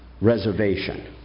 reservation